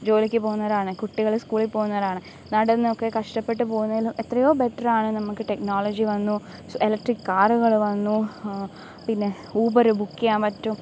ജോലിക്ക് പോകുന്നവരാണ് കുട്ടികൾ സ്കൂളിൽ പോകുന്നവരാണ് നടന്നതൊക്കെ കഷ്ടപ്പെട്ട് പോകുന്നതെന്ന് എത്രയോ ബെറ്ററാണ് നമുക്ക് ടെക്നോളജി വന്നു സൊ എലെക്ട്രിക്ക് കാറുകൾ വന്നു പിന്നെ ഊബറ് ബുക്ക് ചെയ്യാൻ പറ്റും